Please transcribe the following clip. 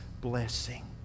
blessing